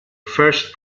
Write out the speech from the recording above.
first